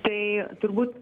tai turbūt